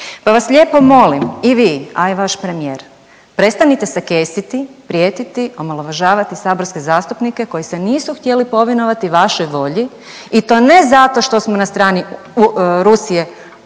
Pa vas lijepo molim i vi, a i vaš premijer prestanite se kesiti, prijetiti, omalovažavati saborske zastupnike koji se nisu htjeli povinovati vašoj volji i to ne zato što smo na strani Rusije,